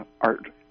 art